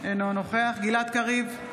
אינו נוכח גלעד קריב,